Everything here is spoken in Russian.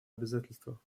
обязательства